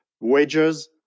wages